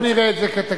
לא נראה את זה כתקדים.